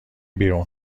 بیرون